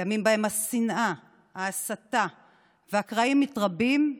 בימים שבהם השנאה, ההסתה והקרעים מתרבים,